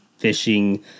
phishing